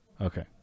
Okay